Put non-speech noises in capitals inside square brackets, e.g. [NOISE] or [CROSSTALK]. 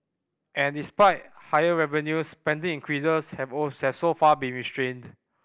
and despite higher revenues spending increases have all [UNINTELLIGIBLE] so far been restrained